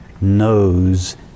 knows